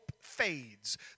fades